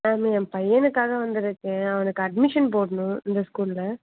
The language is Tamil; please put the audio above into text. மேம் என் பையனுக்காக வந்துருக்கேன் அவனுக்கு அட்மிஷன் போடணும் இந்த ஸ்கூலில்